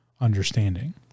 understanding